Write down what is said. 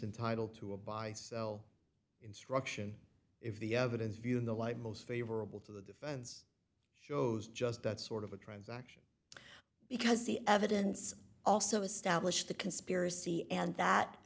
entitle to a buy sell instruction if the evidence of you in the light most favorable to the defense shows just that sort of a transaction because the evidence also established the conspiracy and that